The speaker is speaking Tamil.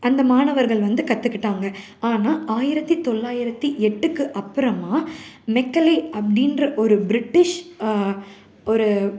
அந்த மாணவர்கள் வந்து கற்றுக்கிட்டாங்க ஆனால் ஆயிரத்தி தொள்ளாயிரத்தி எட்டுக்கு அப்புறமா மெக்கலே அப்படின்ற ஒரு பிரிட்டிஷ் ஒரு